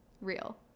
real